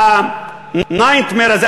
וה-nightmare הזה,